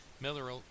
Miller